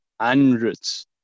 hundreds